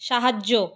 সাহায্য